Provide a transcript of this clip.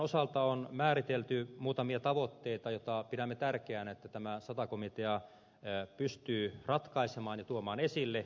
keskusta on määritellyt muutamia tavoitteita joiden osalta pidämme tärkeänä että sata komitea pystyy ne ratkaisemaan ja tuomaan esille